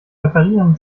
reparieren